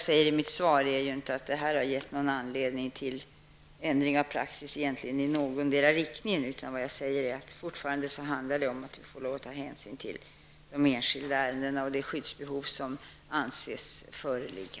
I mitt svar sade jag att detta inte har gett någon anledning till ändring av praxis i någondera riktningen, utan att det fortfarande handlar om att ta hänsyn till de enskilda ärendena och det skyddsbehov som anses föreligga.